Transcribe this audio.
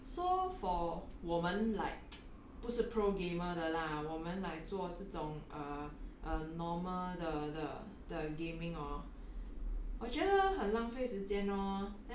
if you have to go to the extent then then I feel it's not worth it so for 我们 like 不是 pro gamer 的 lah 我们来做这种 err um normal 的的的 gaming hor